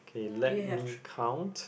K let me count